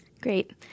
Great